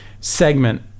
segment